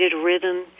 rhythm